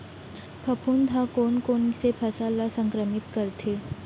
फफूंद ह कोन कोन से फसल ल संक्रमित करथे?